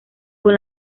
con